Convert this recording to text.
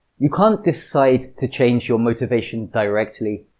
you can't decide to change your motivation directly,